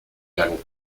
n’allons